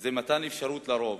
זה מתן אפשרות לרוב,